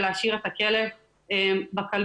ולהשאיר את הכלב בכלביות.